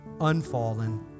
unfallen